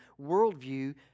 worldview